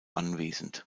anwesend